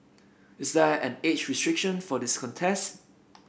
is there an age restriction for this contest